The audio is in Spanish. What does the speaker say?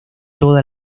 toda